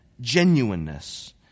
genuineness